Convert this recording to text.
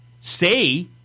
say